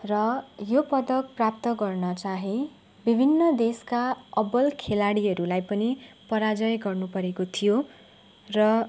र यो पदक प्राप्त गर्न चाहिँ विभिन्न देशका अब्बल खेलाडीहरूलाई पनि पराजय गर्नु परेको थियो र